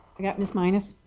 i got miss minus.